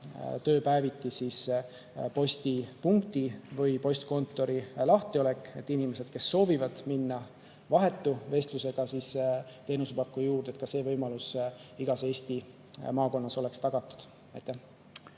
tööpäeviti postipunkti või postkontori lahtiolek, et inimestele, kes soovivad minna vahetu vestlusega teenusepakkuja juurde, oleks ka see võimalus igas Eesti maakonnas tagatud.